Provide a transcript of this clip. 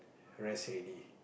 rest already